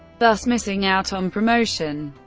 thus missing out on promotion.